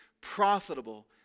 profitable